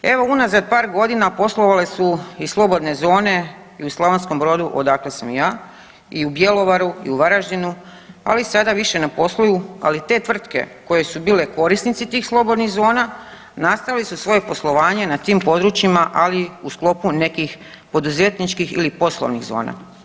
Evo, unazad par godina poslovale su i slobodne zone i u Slavonskom Brodu, odakle sam ja i u Bjelovari i u Varaždinu, ali sada više ne posluju, ali te tvrtke koje su bile korisnici tih slobodnih zona, nastavile su svoje poslovanje na tim područjima, ali u sklopu nekih poduzetničkih ili poslovnih zona.